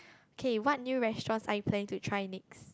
K what new restaurants are you planning to try next